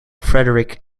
frederick